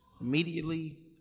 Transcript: Immediately